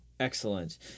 Excellent